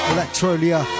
Electrolia